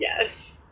Yes